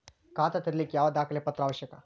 ಖಾತಾ ತೆರಿಲಿಕ್ಕೆ ಯಾವ ದಾಖಲೆ ಪತ್ರ ಅವಶ್ಯಕ?